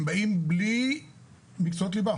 הם באים בלי מקצועות ליבה